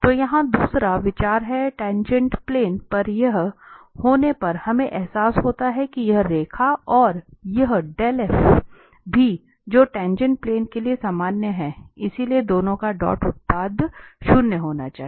तो यहाँ दूसरा विचार हैं टाँगेँट प्लेन पर यह होने पर हमें एहसास होता है कि यह रेखा और यह भी जो टाँगेँट प्लेन के लिए सामान्य है इसलिए दोनों का डॉट उत्पादन शून्य होना चाहिए